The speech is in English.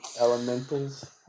elementals